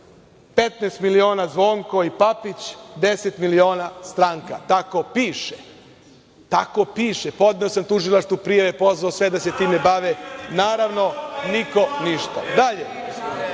15 miliona Zvonko i Papić, 10 milina stranka. Tako piše. Podneo sam Tužilaštvu prijave, pozvao sve da se time bave. Naravno, niko ništa. Dalje,